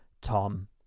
tom